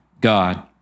God